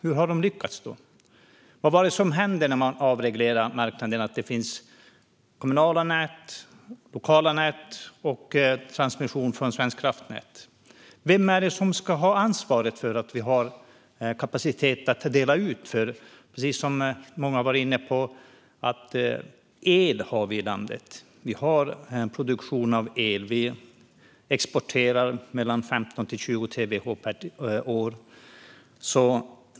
Hur har de lyckats? Vad var det som hände när man avreglerade marknaderna så att det finns kommunala nät, lokala nät och transmission från Svenska kraftnät? Vem är det som ska ha ansvaret för att vi har kapacitet att dela ut el? El har vi i landet, precis som många har varit inne på. Vi har en produktion av el. Vi exporterar mellan 15 och 20 terawattimmar per år.